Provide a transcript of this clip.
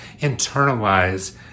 internalize